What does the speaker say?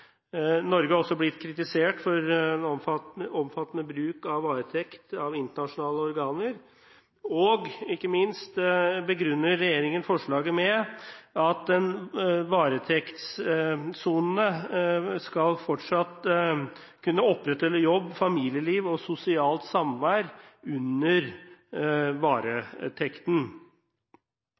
Norge har også blitt kritisert av internasjonale organer for omfattende bruk av varetekt, og regjeringen begrunner ikke minst forslaget med at den varetektssonende fortsatt skal kunne opprettholde en jobb, familieliv og sosialt samvær under varetekten.